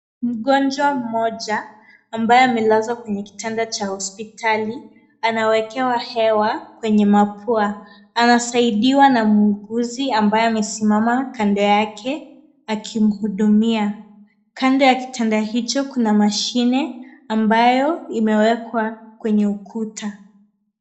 Mgonjwa mmoja ambaye amelazwa kwenye kitanda cha hospitali anawekewa hewa kwenye mapua. Anasaidiwa na muuguzi ambaye amesimama kando yake akimhudumia. Kando ya kitanda hicho kuna mashine ambayo imewekwa kwenye ukuta.